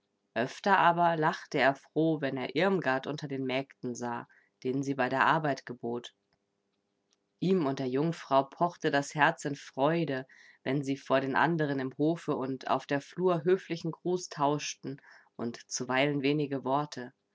öfter aber lachte er froh wenn er irmgard unter den mägden sah denen sie bei der arbeit gebot ihm und der jungfrau pochte das herz in freude wenn sie vor den anderen im hofe und auf der flur höflichen gruß tauschten und zuweilen wenige worte